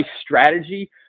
strategy